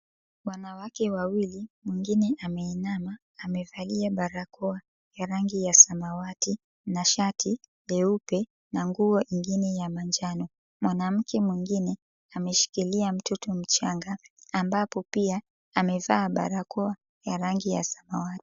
Wanawake wawili mwengine ameinama amevalia barakao ya rangi ya samawati, na shati leupe na nguo ingine ya manjano, mwanamke mwengine ameshikilia mtoto mchanga ambapo pia amevaa barakoa ya rangi ya samawati.